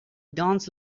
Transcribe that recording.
danced